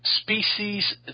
species